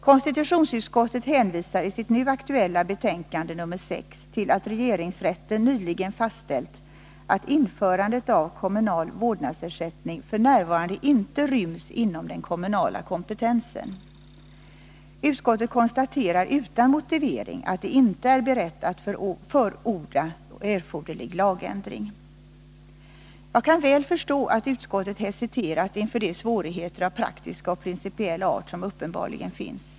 Konstitutionsutskottet hänvisar i sitt nu aktuella betänkande 1981/82:6 till att regeringsrätten nyligen fastställt att införandet av kommunal vårdnadsersättning f. n. inte ryms inom den kommunala kompetensen. Utskottet konstaterar utan motivering att det inte är berett att förorda erforderlig lagändring. Jag kan väl förstå att utskottet hesiterat inför de svårigheter av praktisk och principiell art som uppenbarligen finns.